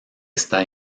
está